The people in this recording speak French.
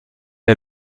est